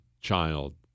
child